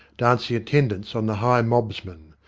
dancing attendance on the high mobsmen.